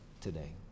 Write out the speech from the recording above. today